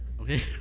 okay